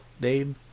name